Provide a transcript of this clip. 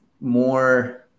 more